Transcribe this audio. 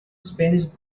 spanish